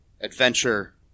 adventure